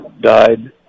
died